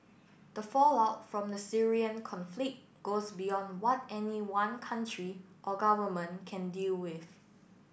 the fallout from the Syrian conflict goes beyond what any one country or government can deal with